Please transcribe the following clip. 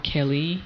Kelly